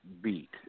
beat